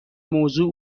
موضوع